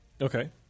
Okay